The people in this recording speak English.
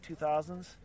2000s